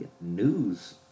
news